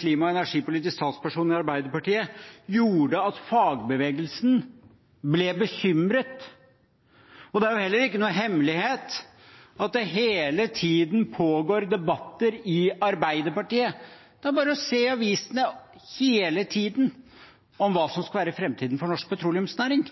klima- og energipolitisk talsperson i Arbeiderpartiet, gjorde at fagbevegelsen ble bekymret. Det er heller ingen hemmelighet at det hele tiden pågår debatter i Arbeiderpartiet. Det er bare å se i avisene hele tiden om hva som skal være framtiden for norsk petroleumsnæring.